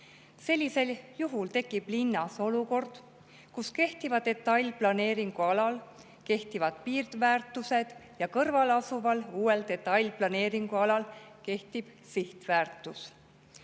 Sellisel juhul tekib linnas olukord, kus kehtiva detailplaneeringuga alal kehtib piirväärtus ja kõrvalasuval uue detailplaneeringuga alal kehtib sihtväärtus.